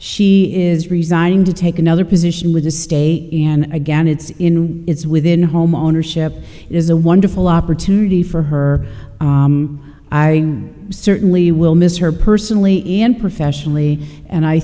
she is resigning to take another position with the state and again it's in and it's within home ownership is a wonderful opportunity for her i certainly will miss her personally and professionally and i